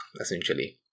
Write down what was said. essentially